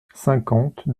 cinquante